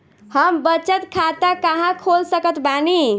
हम बचत खाता कहां खोल सकत बानी?